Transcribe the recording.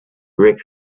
rick